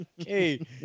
Okay